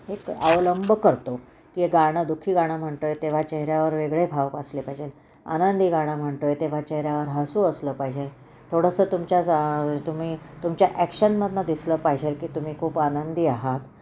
एक अवलंब करतो की गाणं दुःखी गाणं म्हणतो आहे तेव्हा चेहऱ्यावर वेगळे भावप असले पाहिजेल आनंदी गाणं म्हणतो आहे तेव्हा चेहऱ्यावर हसू असलं पाहिजेल थोडंसं तुमच्याच तुम्ही तुमच्या ॲक्शनमधनं दिसलं पाहिजेल की तुम्ही खूप आनंदी आहात